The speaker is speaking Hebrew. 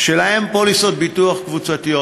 שלהם פוליסות ביטוח קבוצתיות.